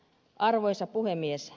arvoisa puhemies